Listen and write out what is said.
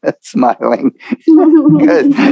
smiling